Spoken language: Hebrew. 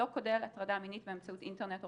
לא כולל הטרדה מינית באמצעות אינטרנט או